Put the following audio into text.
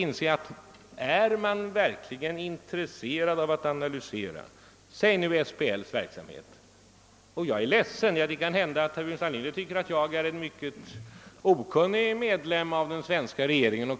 Det är möjligt att herr Burenstam Linder tycker att jag är en okunnig medlem av den svenska regeringen.